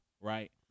right